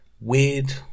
weird